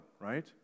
right